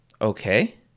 Okay